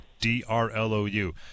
D-R-L-O-U